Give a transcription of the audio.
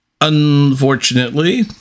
unfortunately